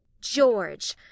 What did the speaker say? George